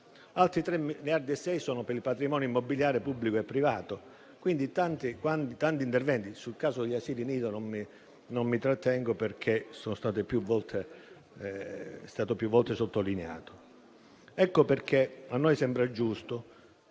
Altri 3,6 miliardi sono per il patrimonio immobiliare pubblico e privato. Sono tanti gli interventi. Sul caso degli asili nido non mi trattengo, perché è stato più volte sottolineato. Ecco perché a noi queste